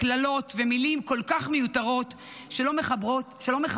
קללות ומילים כל כך מיותרות שלא מכבדות